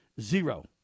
zero